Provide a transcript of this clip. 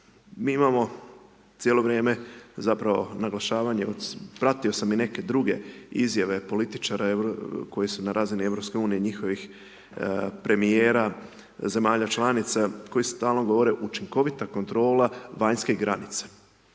Mi imamo cijelo vrijeme, zapravo, naglašavanje, pratio sam i neke druge izjave političara koji su na razini EU, njihovih premijera, zemalja članica, koje stalno govore učinkovita kontrola vanjske granice.